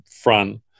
front